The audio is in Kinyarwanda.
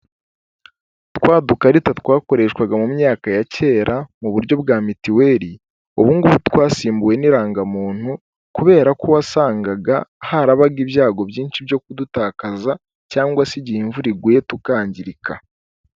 Twa dukarita twakoreshwaga mu myaka ya kera mu buryo bwa mitiweli, ubu ngubu twasimbuwe n'irangamuntu kubera ko wasangaga harabaga ibyago byinshi byo kudutakaza cyangwa se igihe imvura iguye tukangirika.